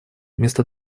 вместо